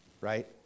right